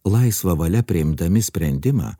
laisva valia priimdami sprendimą